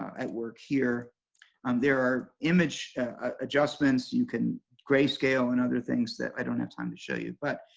at work here and there are image adjustments, you can grayscale and other things that i don't have time to show you, but,